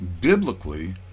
Biblically